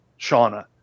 Shauna